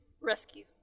rescue